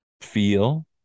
feel